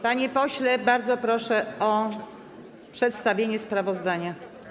Panie pośle, bardzo proszę o przedstawienie sprawozdania.